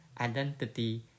identity